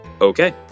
Okay